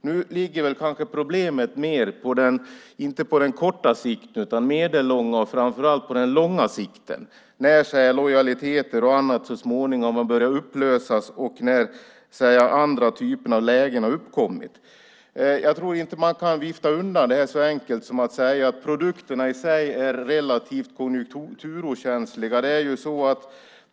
Nu ligger kanske problemet inte på kort sikt utan mer på medellång och framför allt lång sikt, när lojaliteter och annat så småningom har börjat upplösas och när andra typer av lägen har uppkommit. Jag tror inte att man kan vifta undan det här så enkelt som att säga att produkterna i sig är relativt konjunkturokänsliga.